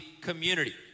community